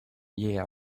yeah